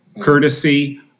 courtesy